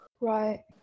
Right